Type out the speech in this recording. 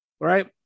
right